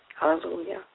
Hallelujah